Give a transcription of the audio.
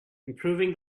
improving